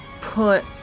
put